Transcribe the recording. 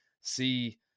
See